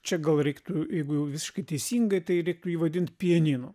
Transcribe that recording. čia gal reiktų jeigu jau visiškai teisingai tai reiktų jį vadint pianinu